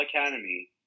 Academy